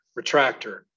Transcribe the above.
Retractor